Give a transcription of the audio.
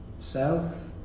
self